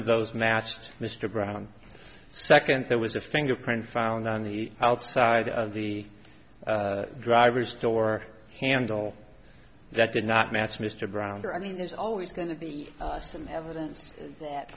of those matched mr brown second there was a fingerprint found on the outside of the driver's door handle that did not match mr brown there i mean there's always going to be some evidence that